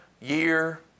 year